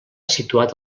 situat